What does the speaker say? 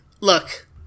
look